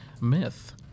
Myth